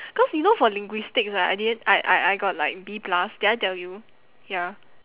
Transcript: cause you know for linguistics right I didn't I I I got like B plus did I tell you ya